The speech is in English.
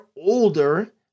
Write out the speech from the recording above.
older